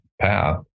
path